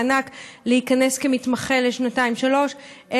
מענק להיכנס כמתמחה לשנתיים-שלוש,